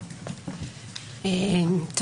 בבקשה.